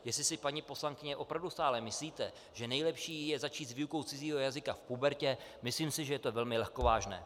Jestli si, paní poslankyně, opravdu stále myslíte, že nejlepší je začít s výukou cizího jazyka v pubertě, myslím si, že je to velmi lehkovážné.